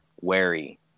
wary